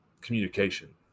communication